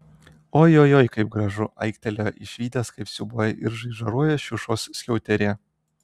ojojoi kaip gražu aiktelėjo išvydęs kaip siūbuoja ir žaižaruoja šiušos skiauterė